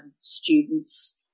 students